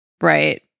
Right